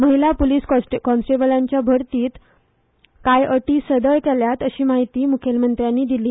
महिला पुलीस कॉन्स्टेबलांच्या भरती खातीर कांय अटी सदळ केल्या अशी माहिती मुखेलमत्र्यानी दिली